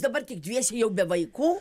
dabar tik dviese jau be vaikų